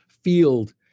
field